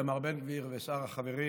איתמר בן גביר ושאר החברים,